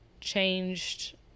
changed